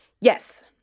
Yes